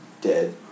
dead